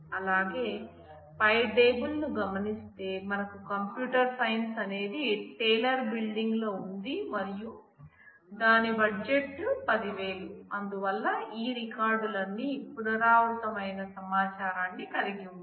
అలాగే పై టేబుల్ ను గమనిస్తే మనకు కంప్యూటర్ సైన్స్ అనేది టేలర్ బిల్డింగ్ లో ఉంది మరియు దాని బడ్జెట్ 100000 అందువల్ల ఈ రికార్డులన్నీ పునరావృతం అయిన సమాచారాన్ని కలిగి ఉంటాయి